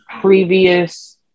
previous